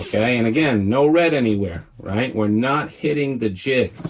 ah okay, and again, no red anywhere, right, we're not hitting the jig.